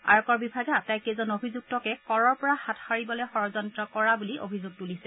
আয়কৰ বিভাগে আটাইকেইজন অভিযুক্তকে কৰৰ পৰা হাত সাৰিবলৈ ষড়যন্ত্ৰ কৰিছিল বুলি অভিযোগ তুলিছে